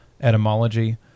etymology